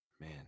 Man